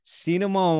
cinema